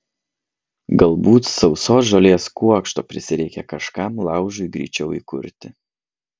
galbūt sausos žolės kuokšto prisireikė kažkam laužui greičiau įkurti